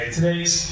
Today's